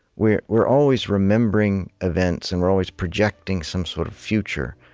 we're we're always remembering events, and we're always projecting some sort of future,